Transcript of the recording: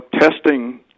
testing